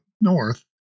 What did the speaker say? north